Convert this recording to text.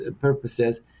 purposes